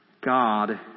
God